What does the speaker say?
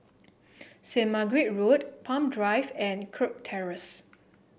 Saint Margaret Road Palm Drive and Kirk Terrace